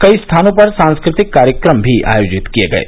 कई स्थानों पर सांस्कृतिक कार्यक्रम भी आयोजित किए गये